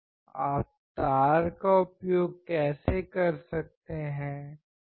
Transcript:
आप तार का उपयोग कैसे कर सकते हैं